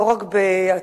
לא רק בהצהרות.